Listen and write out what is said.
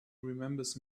remembers